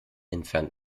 entfernt